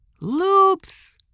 loops